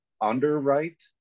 underwrite